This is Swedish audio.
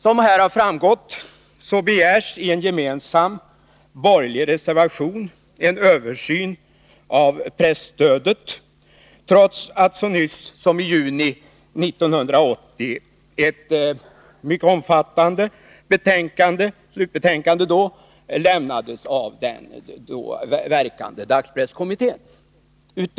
Som här har framgått, begärs i en gemensam borgerlig reservation en översyn av presstödet, trots att ett mycket omfattande slutbetänkande lämnades av den då verkande dagspresskommittén så nyligen som i juni 1980.